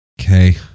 Okay